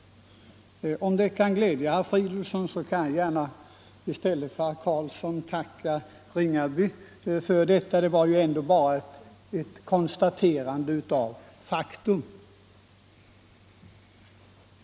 Om det kan glädja herr Fridolfsson skall jag gärna i stället för herr Carlsson tacka herr Ringaby för detta. Det var ju ändå bara ett konstaterande av faktum.